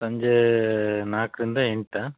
ಸಂಜೆ ನಾಲ್ಕರಿಂದ ಎಂಟಾ